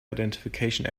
identification